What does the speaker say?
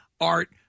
art